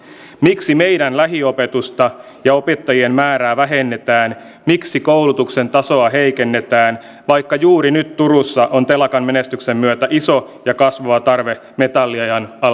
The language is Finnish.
miksi meidän lähiopetusta ja opettajien määrää vähennetään miksi koulutuksen tasoa heikennetään vaikka juuri nyt turussa on telakan menestyksen myötä iso ja kasvava tarve metallialan